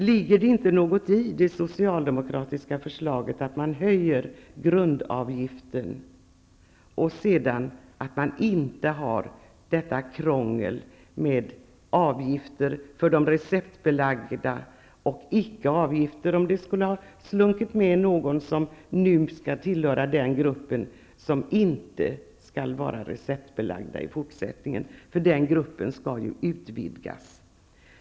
Ligger det inte något i det socialdemokratiska förslaget att man skall höja grundavgiften och sedan inte ha detta krångel med avgifter för receptbelagda läkemedel -- och inte avgifter om det skulle ha slunkit med något läkemedel som nu skall tillhöra den grupp som inte skall vara receptbelagd i fortsättningen? Den gruppen skall ju utvidgas.